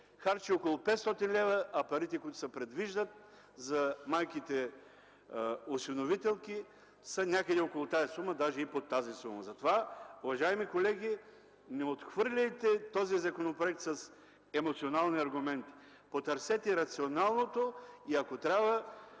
харчи около 500 лв., а парите, които се предвиждат за майките-осиновителки, са някъде около тази сума, а даже под нея. Затова, уважаеми колеги, не отхвърляйте този законопроект с емоционални аргументи. Потърсете рационалното и ако трябва,